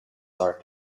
arc